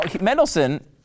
Mendelssohn